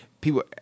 people